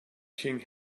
king